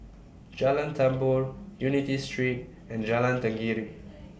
Jalan Tambur Unity Street and Jalan Tenggiri